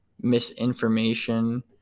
misinformation